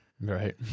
Right